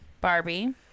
Barbie